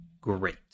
great